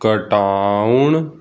ਘਟਾਉਣ